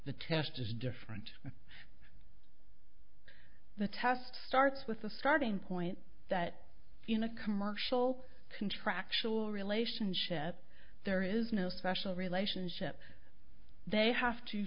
the test is different the test starts with a starting point that you know a commercial contractual relationship there is no sessional relationship they have to